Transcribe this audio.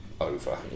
over